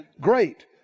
Great